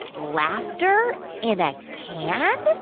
laughter in a can?